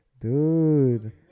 dude